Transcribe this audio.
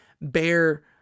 bear